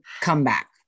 comeback